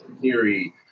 theory